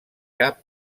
cap